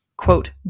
Quote